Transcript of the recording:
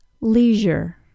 Leisure